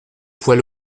poids